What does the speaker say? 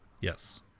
Yes